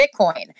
Bitcoin